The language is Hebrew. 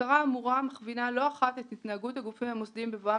הבקרה האמורה מכווינה לא אחת את התנהגות הגופים המוסדיים בבואם